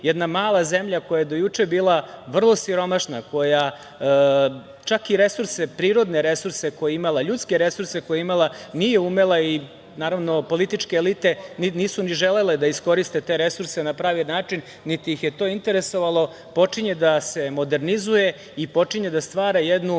jedna mala zemlja koja je do juče bila vrlo siromašna, koja čak i prirodne resurse koje je imala, ljudske resurse koje je imala, nije umela i naravno političke elite nisu ni želele da iskoriste te resurse na pravi način, niti ih je to interesovalo, počinje da se modernizuje i počinje da stvara jednu